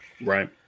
Right